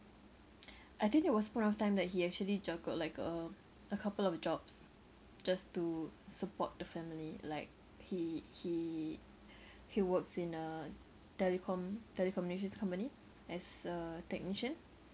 I think there was a point of time that he actually juggled like uh a couple of jobs just to support the family like he he he works in a telecom~ telecommunications company as a technician